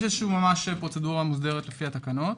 יש פרוצדורה מוסדרת לפי התקנות,